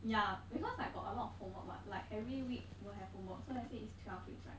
ya because like got a lot of homework [what] like every week will have homework so let's say it's twelve weeks right